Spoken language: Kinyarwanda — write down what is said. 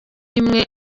imwe